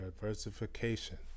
Diversification